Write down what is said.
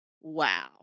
Wow